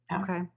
Okay